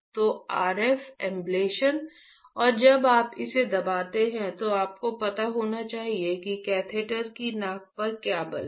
तो RF ablation और जब आप इसे दबाते हैं तो आपको पता होना चाहिए कि कैथेटर की नोक पर क्या बल है